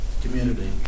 Community